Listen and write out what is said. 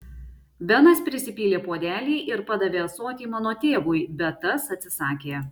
benas prisipylė puodelį ir padavė ąsotį mano tėvui bet tas atsisakė